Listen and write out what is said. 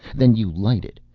then you light it.